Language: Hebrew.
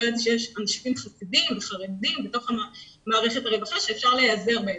לא ידעתי שיש אנשים חסידים וחרדים בתוך מערכת הרווחה שאפשר להיעזר בהם,